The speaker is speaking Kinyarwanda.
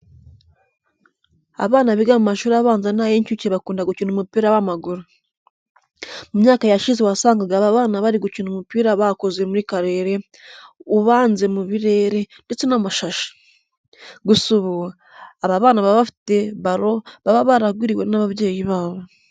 Abana biga mu mashuri abanza n'ay'inshuke bakunda gukina umupira w'amaguru. Mu myaka yashize wasangaga aba bana bari gukina umupira bakoze muri karere ubanze mu birere ndetse n'amashashi. Gusa ubu, aba bana baba bafite balo baba baraguriwe n'ababyeyi babo.